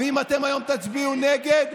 ואם אתם היום תצביעו נגד,